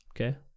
okay